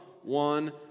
one